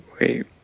Wait